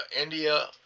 India